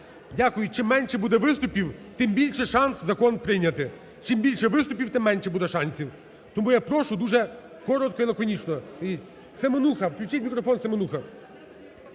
Дякую. Чим менше буде виступів, тим більше шанс закон прийняти. Чим більше виступів, тим менше буде шансів. Тому я прошу дуже коротко і лаконічно. Семенуха. Включіть мікрофон Семенусі.